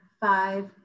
five